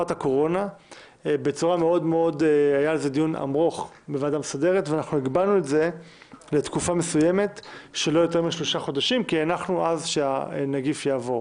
דבר אחד אחרון לפני הרביזיה ועוד שני דברים נוספים.